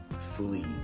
fully